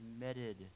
committed